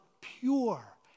pure